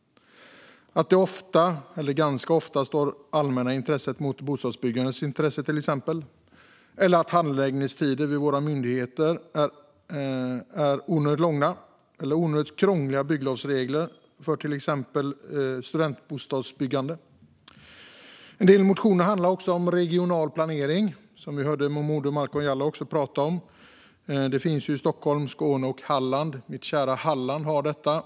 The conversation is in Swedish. Det handlar till exempel om att det allmänna intresset ganska ofta står mot intresset av bostadsbyggande, att handläggningstiderna vid våra myndigheter är onödigt långa eller att det är onödigt krångliga bygglovsregler för till exempel studentbostadsbyggande. En del motioner handlar om regional planering, som vi hörde Malcolm Momodou Jallow prata om. Det finns i Stockholm, Skåne och Halland. I mitt kära Halland finns detta.